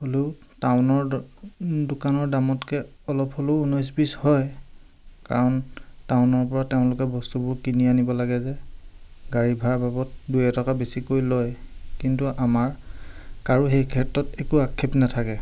হ'লেও টাউনৰ দোকানৰ দামতকৈ অলপ হ'লেও ঊনৈছ বিশ হয় কাৰণ টাউনৰ পৰা তেওঁলোকে বস্তুবোৰ কিনি আনিব লাগে যে গাড়ী ভাড়াৰ বাবদ দুই এটকা বেছিকৈ লয় কিন্তু আমাৰ কাৰো সেই ক্ষেত্ৰত একো আক্ষেপ নাথাকে